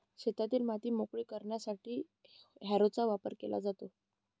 शेतातील माती मोकळी करण्यासाठी हॅरोचा वापर केला जातो